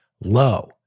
low